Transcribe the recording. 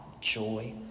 joy